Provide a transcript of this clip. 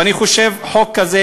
ואני חושב שחוק כזה,